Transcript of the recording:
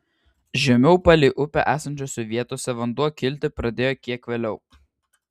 žemiau palei upę esančiose vietose vanduo kilti pradėjo kiek vėliau